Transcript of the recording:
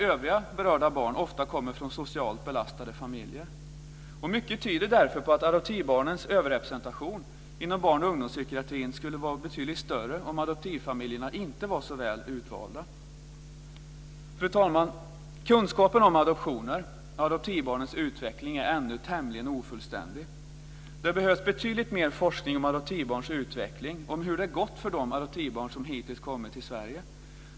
Övriga berörda barn kommer ofta från socialt belastade familjer. Mycket tyder därför på att adoptivbarnens överrepresentation inom barn och ungdomspsykiatrin skulle vara betydligt större om adoptivfamiljerna inte var så väl utvalda. Fru talman! Kunskapen om adoptioner och adoptivbarnens utveckling är ännu tämligen ofullständig. Det behövs betydligt mer forskning om adoptivbarns utveckling, om hur det har gått för de adoptivbarn som hittills har kommit till Sverige.